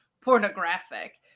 pornographic